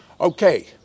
Okay